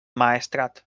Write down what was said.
maestrat